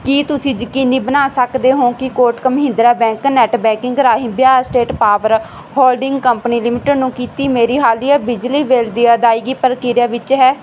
ਕੀ ਤੁਸੀਂ ਯਕੀਨੀ ਬਣਾ ਸਕਦੇ ਹੋ ਕਿ Kotak Mahindra bank net banking ਰਾਹੀਂ Bihar state power holding company limited ਨੂੰ ਕੀਤੀ ਮੇਰੀ ਹਾਲੀਆ ਬਿਜਲੀ ਬਿੱਲ ਦੀ ਅਦਾਇਗੀ ਪ੍ਰਕਿਰਿਆ ਵਿੱਚ ਹੈ